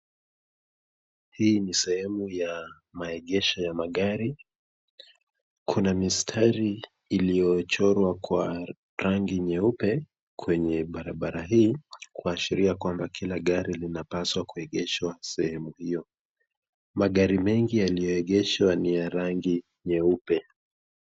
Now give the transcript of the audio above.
Hii ni sehemu ya maegesho ya magari, kuna mistari iliyochorwa kwa rangi nyeupe kwenye barabara hii kuashiria kwamba kila gari linapaswa kuegeshwa sehemu hiyo, magari mengi yaliyoegeshwa ni ya rangi nyeupe.